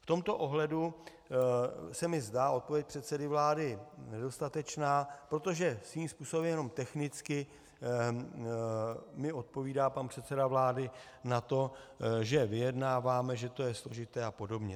V tomto ohledu se mi zdá odpověď předsedy vlády nedostatečná, protože svým způsobem jenom technicky mi odpovídá pan předseda vlády na to, že vyjednáváme, že to je složité a podobně.